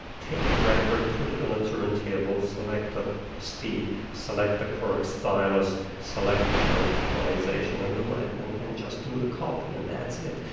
take a record, put it on a turntable, select a speed, select the correct stylus, select the correct equalization, and and and and just do the copy, and that's it.